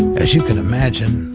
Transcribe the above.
as you can imagine,